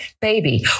baby